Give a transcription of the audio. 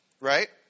right